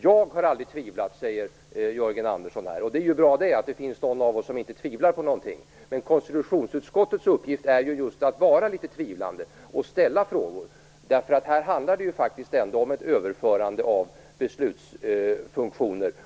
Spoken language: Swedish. Jag har aldrig tvivlat, säger Jörgen Andersson här. Det är ju bra att det finns någon av oss som inte tvivlar på någonting. Men konstitutionsutskottets uppgift är just att vara litet tvivlande och ställa frågor. Här handlar det faktiskt ändå om ett överförande av beslutsfunktioner.